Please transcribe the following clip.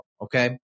okay